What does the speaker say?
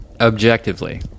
objectively